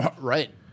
Right